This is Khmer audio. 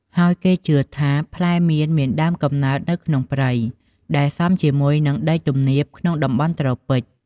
ហើយគេជឿថា ផ្លែមៀនមានដើមកំណើតនៅក្នុងព្រៃ ដែលសមជាមួយនឹងដីទំនាបក្នុងតំបន់ត្រូពិច។